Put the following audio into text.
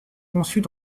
conçues